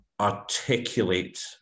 articulate